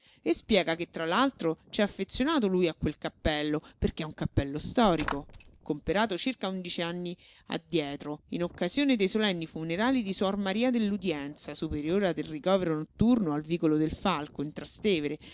e spiega che tra l'altro c'è affezionato lui a quel cappello perché è un cappello storico comperato circa undici anni addietro in occasi one dei solenni funerali di suor maria dell'udienza superiora del ricovero notturno al vicolo del falco in trastevere